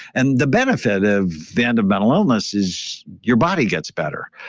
and the benefit of the end of mental illness is your body gets better.